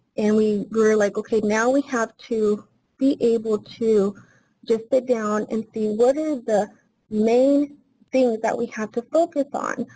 and we were like, okay. now we have to be able to just sit down and see what is the main thing that we have to focus on.